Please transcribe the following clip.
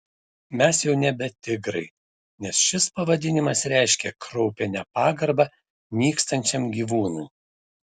mes jau nebe tigrai nes šis pavadinimas reiškia kraupią nepagarbą nykstančiam gyvūnui